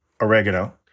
oregano